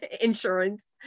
insurance